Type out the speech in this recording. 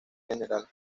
general